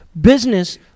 business